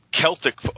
Celtic